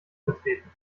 betreten